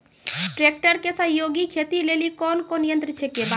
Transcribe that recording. Tractor के सहयोगी खेती लेली कोन कोन यंत्र छेकै?